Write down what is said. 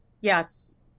Yes